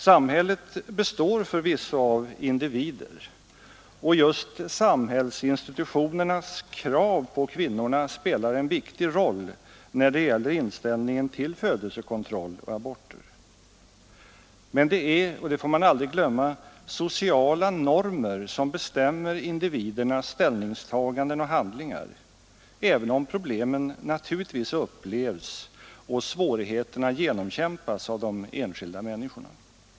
Samhället består förvisso av individer, och just samhällsinstitutionernas krav på kvinnorna spelar en viktig roll när det gäller inställningen till födelsekontroll och aborter. Men det är, och det får man aldrig glömma, sociala normer som bestämmer individernas ställningstaganden och handlingar, även om problemen naturligtvis upplevs och svårigheterna genomkämpas av de enskilda människorna.